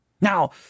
Now